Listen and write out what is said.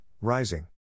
rising